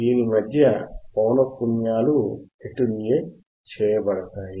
దీని మధ్య పౌనః పున్యాలు అటిన్యుయేట్ చేయబడతాయి